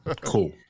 Cool